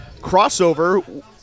Crossover